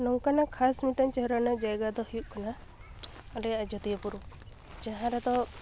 ᱱᱚᱝᱠᱟᱱᱟᱜ ᱠᱷᱟᱥ ᱢᱤᱫᱴᱟᱝ ᱪᱮᱦᱨᱟ ᱟᱱᱟᱜ ᱡᱟᱭᱜᱟ ᱫᱚ ᱦᱩᱭᱩᱜ ᱠᱟᱱᱟ ᱟᱞᱮᱭᱟᱜ ᱟᱡᱚᱫᱤᱭᱟᱹ ᱵᱩᱨᱩ ᱡᱟᱦᱟᱨᱮᱫᱚ